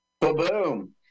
Boom